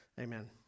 amen